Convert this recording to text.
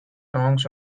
songs